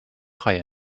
reihe